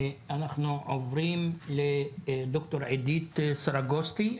אנחנו עוברים לד"ר עדית סרגוסטי,